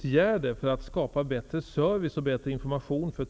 Kan vi få dem?